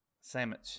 Sandwich